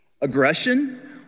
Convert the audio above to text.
Aggression